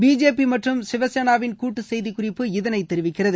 BJP மற்றும் சிவசேனாவின் கூட்டு செய்திக் குறிப்பு இதனை தெரிவிக்கிறது